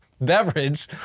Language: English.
beverage